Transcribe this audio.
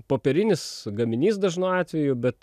popierinis gaminys dažnu atveju bet